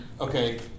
Okay